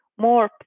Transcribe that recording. more